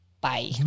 Bye